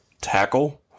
tackle